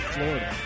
Florida